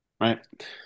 right